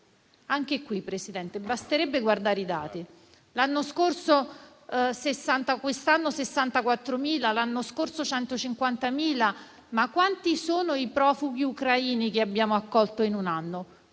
signor Presidente, basterebbe guardare i dati: quest'anno 64.000, l'anno scorso 150.000, ma quanti sono i profughi ucraini che abbiamo accolto in un anno?